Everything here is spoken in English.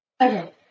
Okay